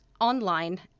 online